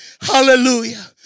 Hallelujah